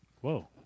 Whoa